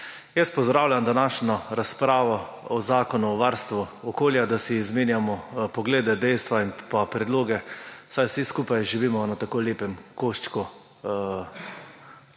Pozdravljam današnjo razpravo o Zakonu o varstvu okolja, da si izmenjamo poglede, dejstva in predloge, saj vsi skupaj živimo na tako lepem koščku